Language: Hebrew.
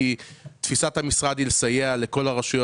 כי תפיסת המשרד היא לסייע לכל הרשויות.